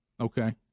Okay